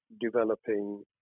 developing